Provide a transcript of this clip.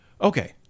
Okay